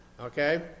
Okay